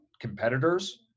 competitors